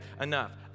enough